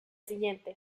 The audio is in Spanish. siguiente